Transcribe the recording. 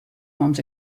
homes